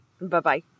Bye-bye